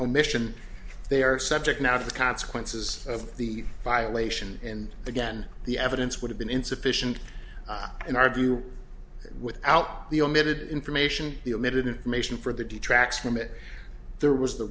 omission they are subject now to the consequences of the violation and again the evidence would have been insufficient in our view without the omitted information the omitted information for the detracts from it there was the